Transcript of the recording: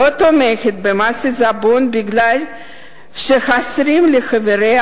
לא תומכת במס עיזבון משום שחסרים לחבריה